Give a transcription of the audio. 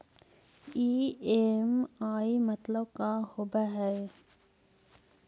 EMI मतलब का होब हइ?